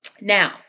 Now